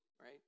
right